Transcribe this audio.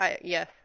Yes